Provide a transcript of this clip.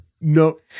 No